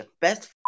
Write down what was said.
Best